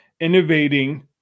innovating